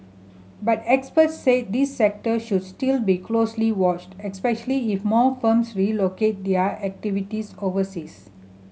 but experts said this sector should still be closely watched especially if more firms relocate their activities overseas